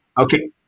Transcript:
Okay